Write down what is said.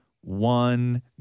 one